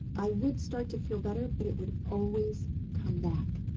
i would start to feel better, but it would always come back.